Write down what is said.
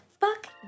fuck